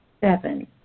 Seven